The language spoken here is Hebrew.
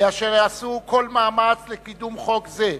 אשר עשו כל מאמץ לקידום חוק זה,